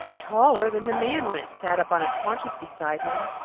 taller than the man when it sat up on its haunches beside him.